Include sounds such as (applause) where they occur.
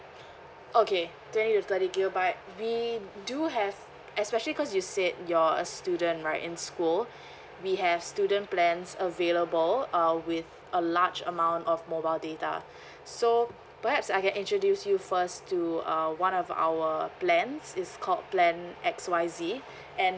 okay twenty to thirty gigabyte we do have especially cause you said you're a student right in school we have student plans available uh with a large amount of mobile data (breath) so perhaps I can introduce you first to uh one of our plans it's called plan X Y Z and